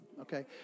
Okay